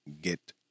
get